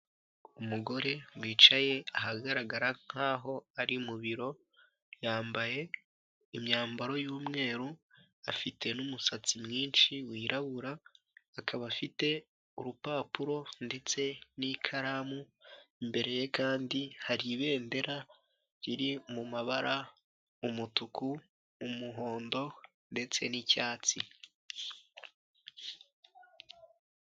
Umugore wicaye ahagaragara nkaho ari mu biro, yambaye imyambaro y'umweru, afite n'umusatsi mwinshi wirabura, akaba afite urupapuro ndetse n'ikaramu, imbere ye kandi hari ibendera riri mu mabara umutuku, umuhondo ndetse n'icyatsi.